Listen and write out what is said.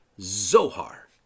Zohar